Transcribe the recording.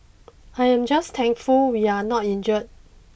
I am just thankful we are not injured